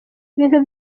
ibintu